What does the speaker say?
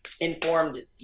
informed